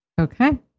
okay